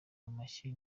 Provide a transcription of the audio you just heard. amashyi